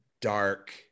dark